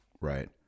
Right